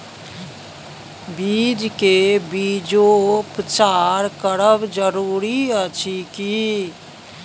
बीज के बीजोपचार करब जरूरी अछि की?